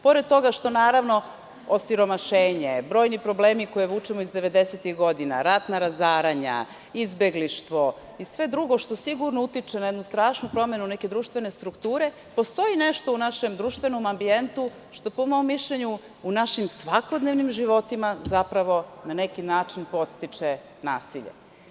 Pored toga što osiromašenje, brojni problemi koje vučemo iz 90-tih godina, ratna razaranje, izbeglištvo i sve drugo što utiče na jednu strašnu promenu društvene strukture, postoji nešto u našem društvenom ambijentu što po mom mišljenju u našim svakodnevnim životima na neki način podstiče nasilje.